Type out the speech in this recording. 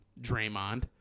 Draymond